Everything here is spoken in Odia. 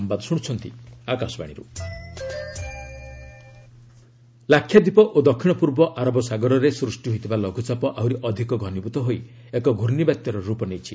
ସାଇକ୍ଲୋନିକ୍ ଷ୍ଟ୍ରମ ଲାକ୍ଷାଦୀପ ଓ ଦକ୍ଷିଣ ପୂର୍ବ ଆରବ ସାଗରରେ ସୃଷ୍ଟି ହୋଇଥିବା ଲଘୁଚାପ ଆହୁରି ଅଧିକ ଘନୀଭୂତ ହୋଇ ଏକ ଘର୍ଷ୍ଣବାତ୍ୟାର ରୂପ ନେଇଛି